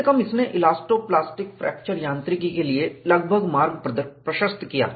कम से कम इसने इलास्टो प्लास्टिक फ्रैक्चर यांत्रिकी के लिए लगभग मार्ग प्रशस्त किया